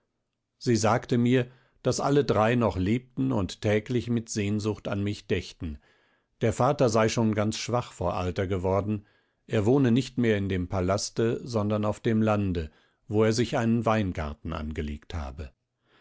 sie sagte mir daß alle drei noch lebten und täglich mit sehnsucht an mich dächten der vater sei schon ganz schwach vor alter geworden er wohne nicht mehr im palaste sondern auf dem lande wo er sich einen weingarten angelegt habe